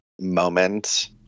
moment